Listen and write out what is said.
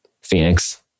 Phoenix